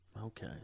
Okay